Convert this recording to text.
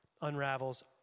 unravels